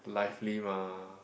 lively mah